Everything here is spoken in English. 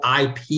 IP